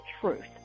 truth